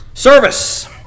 Service